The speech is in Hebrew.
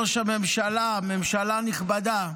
הממשלה, ממשלה נכבדה,